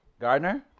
Gardner